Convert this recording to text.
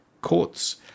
courts